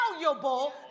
valuable